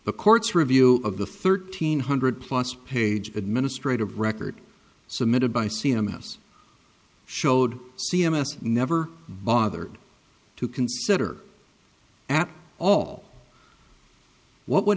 the court's review of the thirteen hundred plus page administrative record submitted by c m s showed c m s never bothered to consider at all what w